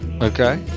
Okay